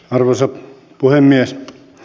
arvoisa puhemies